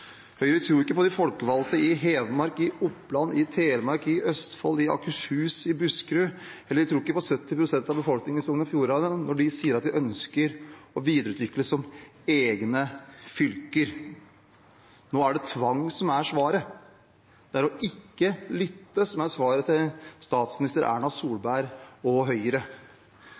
Høyre tror jo ikke på de folkevalgte i Hedmark, i Oppland, i Telemark, i Østfold, i Akershus, i Buskerud – eller på 70 pst. av befolkningen i Sogn- og Fjordane, når de sier at de ønsker å videreutvikle seg som egne fylker. Nå er det tvang som er svaret. Det er å ikke lytte som er svaret fra statsminister Erna Solberg og Høyre.